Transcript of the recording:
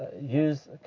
use